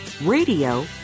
radio